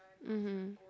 mmhmm